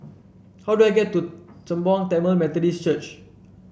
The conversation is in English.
how do I get to Sembawang Tamil Methodist Church